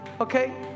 okay